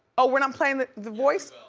oh we're not playing the the voice?